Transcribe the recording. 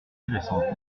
intéressantes